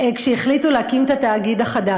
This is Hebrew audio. כשהחליטו להקים את התאגיד החדש.